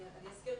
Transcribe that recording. אני אסביר.